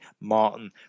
Martin